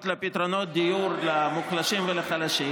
כי אני הבאתי פה תשובות שקשורות לפתרונות דיור למוחלשים ולחלשים,